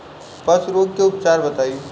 पशु रोग के उपचार बताई?